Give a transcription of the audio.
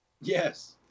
Yes